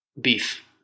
beef